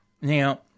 Now